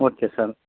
okay sir